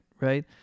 Right